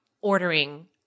ordering